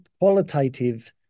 qualitative